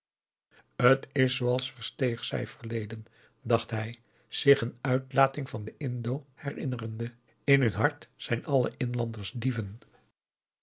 t is zooals versteeg zei verleden dacht hij zich een uitlating van den indo herinnerende in hun hart zijn alle inlanders dieven